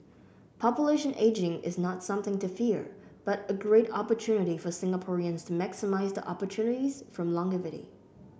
population aging is not something to fear but a great opportunity for Singaporeans to maximise the opportunities from longevity